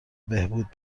بهبود